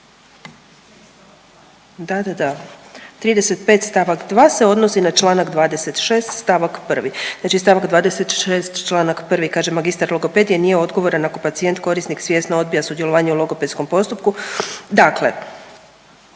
da, da, da, 35 st. 2. se odnosi na čl. 26. st. 1. znači st. 26. čl. 1. kaže „magistar logopedije nije odgovoran ako pacijent korisnik svjesno odbija sudjelovanje u logopedskom postupku“, dakle